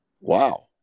wow